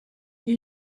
you